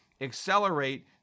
accelerate